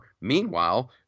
Meanwhile